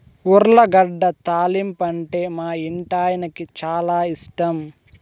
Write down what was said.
ఉర్లగడ్డ తాలింపంటే మా ఇంటాయనకి చాలా ఇష్టం